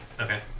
Okay